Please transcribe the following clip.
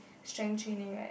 strength training right